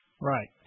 Right